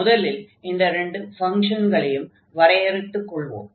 முதலில் இந்த இரு ஃபங்ஷன்களையும் வரையறுத்துக் கொள்வோம்